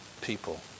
people